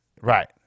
Right